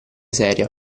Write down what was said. seria